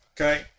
okay